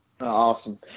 Awesome